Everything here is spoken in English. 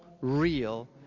real